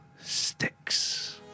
Sticks